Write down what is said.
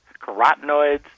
carotenoids